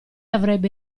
avrebbe